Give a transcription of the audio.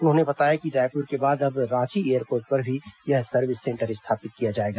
उन्होंने बताया कि रायपुर के बाद अब रांची एयरपोर्ट पर भी यह सर्विस सेंटर स्थापित किया जाएगा